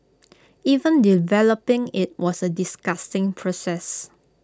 even developing IT was A disgusting process